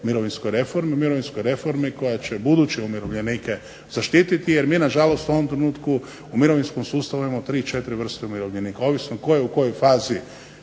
mirovinskoj reformi, mirovinskoj reformi koja će buduće umirovljenike zaštiti. Jer mi na žalost u ovom trenutku u mirovinskom sustavu imamo tri, četiri vrste umirovljenika ovisno tko je u kojoj fazi